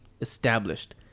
established